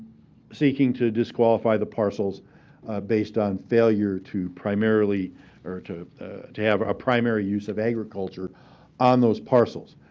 seeking to disqualify the parcels based on failure to primarily or to to have a primary use of agriculture on those parcels.